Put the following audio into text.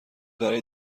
برای